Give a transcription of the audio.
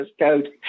code